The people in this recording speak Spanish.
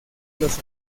los